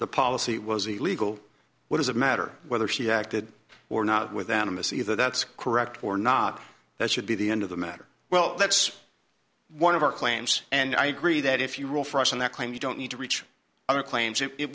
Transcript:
the policy was illegal what does it matter whether she acted or not with animists either that's correct or not that should be the end of the matter well that's one of our claims and i agree that if you rule for us on that claim you don't need to reach our claims